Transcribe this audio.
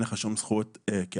אין לך שום זכות כאב.